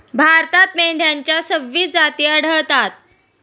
भारतात मेंढ्यांच्या सव्वीस जाती आढळतात